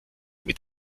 mit